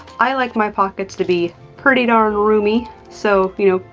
i like my pockets to be pretty darn roomy, so you know,